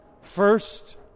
first